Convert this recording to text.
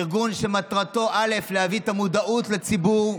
ארגון שמטרתו להביא את המודעות לציבור,